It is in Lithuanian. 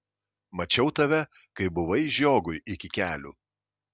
mačiau tave kai buvai žiogui iki kelių